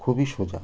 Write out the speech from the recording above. খুবই সোজা